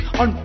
on